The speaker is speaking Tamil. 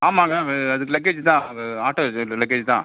ஆமாங்க அதுக்கு லக்கேஜ்ஜி தான் ஆட்டோ இது லக்கேஜ்ஜி தான்